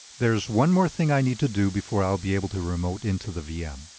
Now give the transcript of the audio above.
there's one more thing i need to do before i'll be able to remote into the vm.